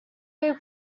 big